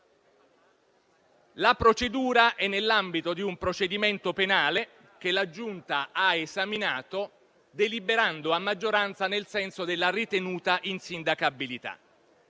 La procedura si inserisce nell'ambito di un procedimento penale che la Giunta ha esaminato, deliberando a maggioranza nel senso della ritenuta insindacabilità.